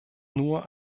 nur